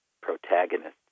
protagonists